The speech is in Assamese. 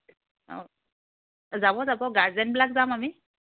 অঁ যাব যাব গাৰ্জেনবিলাক যাম আমি